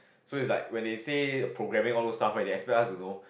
so is like when they see programming all those stuff they expect us don't know